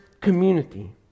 community